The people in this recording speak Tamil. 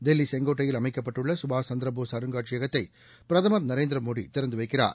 தில்லி செங்கோட்டையில் அமைக்கப்பட்டுள்ள சுபாஷ் சந்திரபோஸ் அருங்காட்சியகத்தை பிரதமர் நரேந்திரமோடி திறந்து வைக்கிறார்